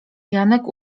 janek